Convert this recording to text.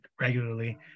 regularly